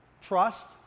Trust